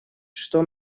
что